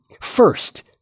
First